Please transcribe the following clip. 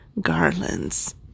garlands